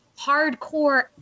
hardcore